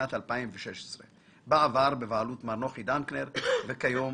(לשנת 2016). בעבר בבעלות מר נוחי דנקנר וכיום